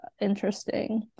Interesting